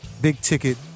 big-ticket